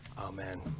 Amen